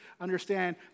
understand